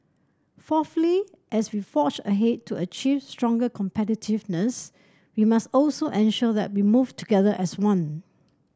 fourthly as we forge ahead to achieve stronger competitiveness we must also ensure that we move together as one